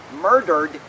murdered